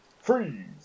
freeze